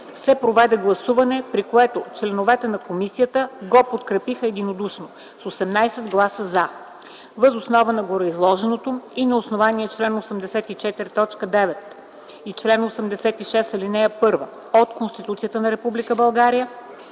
се проведе гласуване, при което членовете на комисията го подкрепиха единодушно с 18 гласа „за”. Въз основа на гореизложеното и на основание чл. 84, т. 9 и чл. 86, ал. 1 от Конституцията на